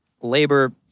labor